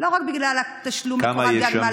לא רק בגלל התשלום על קורת גג מעל לראש.